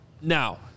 Now